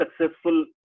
successful